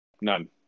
None